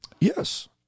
Yes